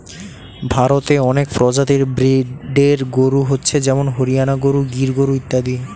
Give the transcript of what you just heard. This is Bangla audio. ভারতে অনেক প্রজাতির ব্রিডের গরু হচ্ছে যেমন হরিয়ানা গরু, গির গরু ইত্যাদি